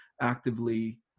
actively